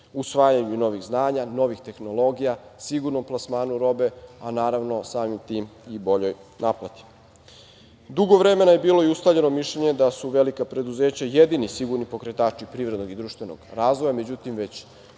usvajanje novih znanja, novih tehnologija, sigurnom plasmanu robe, a naravno samim tim i boljoj naplati. Dugo vremena je bilo i ustaljeno mišljenje da su velika preduzeća jedini siguran pokretač privrednog i društvenog razvoja. Međutim, već